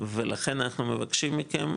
ולכן אנחנו מבקשים מכם,